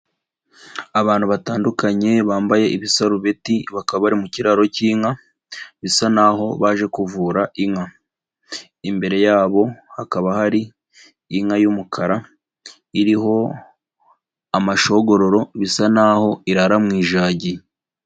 Abantu batandukanye bambaye ibisarubeti bakaba bari mu kiraro cy'inka, bisa naho baje kuvura inka. Imbere yabo hakaba hari inka y'umukara iriho amashogororo bisa naho'ho irara mu ijagiro.